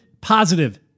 positive